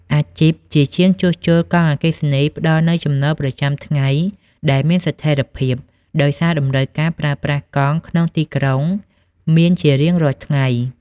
អាជីពជាជាងជួសជុលកង់អគ្គិសនីផ្តល់នូវចំណូលប្រចាំថ្ងៃដែលមានស្ថិរភាព ដោយសារតម្រូវការប្រើប្រាស់កង់ក្នុងទីក្រុងមានជារៀងរាល់ថ្ងៃ។